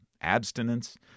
abstinence